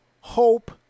hope